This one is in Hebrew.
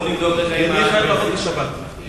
כי אני אחויב לעבוד בשבת,